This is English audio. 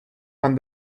and